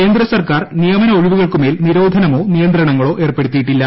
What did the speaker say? കേന്ദ്രസർക്കാർ നിയമന ഒഴിവുകൾക്കുമേൽ നിരോധനമോ നിയന്ത്രണങ്ങളോ ഏർപ്പെടുത്തിയിട്ടില്ല